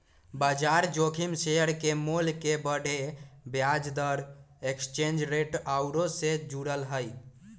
बजार जोखिम शेयर के मोल के बढ़े, ब्याज दर, एक्सचेंज रेट आउरो से जुड़ल हइ